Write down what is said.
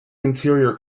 interior